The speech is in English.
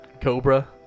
Cobra